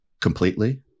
completely